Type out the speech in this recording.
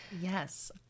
Yes